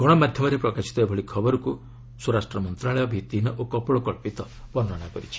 ଗଶମାଧ୍ୟମରେ ପ୍ରକାଶିତ ଏଭଳି ଖବରକୁ ସ୍ୱରାଷ୍ଟ୍ର ମନ୍ତ୍ରଣାଳୟ ଭିଭିହୀନ ଓ କପୋଳକ୍ସିତ ବର୍ଷ୍ଣନା କରିଛି